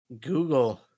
Google